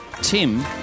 Tim